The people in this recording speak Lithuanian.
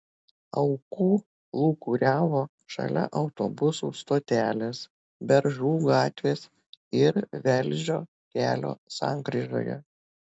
aukų lūkuriavo šalia autobusų stotelės beržų gatvės ir velžio kelio sankryžoje